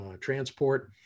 transport